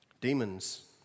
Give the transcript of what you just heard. Demons